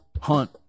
hunt